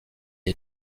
est